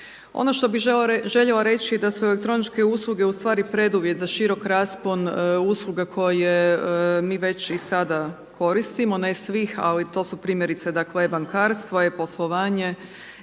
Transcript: Ono što bih željela reći da su elektroničke usluge ustvari preduvjet za širok raspon usluga koje mi već i da sada koristimo, ne svih ali to su primjerice dakle e-bankarstvo, e-poslovanje,